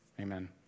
amen